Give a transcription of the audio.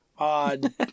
Odd